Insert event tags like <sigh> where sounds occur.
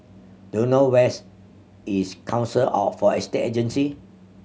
do you know where's is Council <unintelligible> Estate Agencies